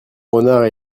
renards